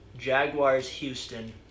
Jaguars-Houston